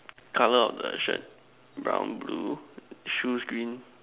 colour of the shirt brown blue shoes green